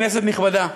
כנסת נכבדה,